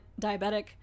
diabetic